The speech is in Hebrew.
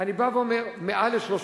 אני בא ואומר: מעל ל-3 מיליון,